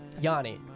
Yanni